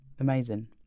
Amazing